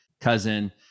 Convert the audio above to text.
cousin